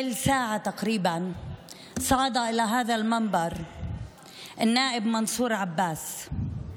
להלן תרגומם: לפני שעה בערך עלה על הבמה הזאת חבר הכנסת מנסור עבאס.